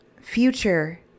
future